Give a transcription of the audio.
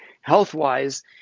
health-wise